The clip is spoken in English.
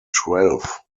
twelve